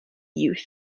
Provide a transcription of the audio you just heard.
youth